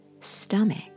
stomach